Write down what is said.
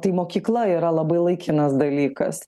tai mokykla yra labai laikinas dalykas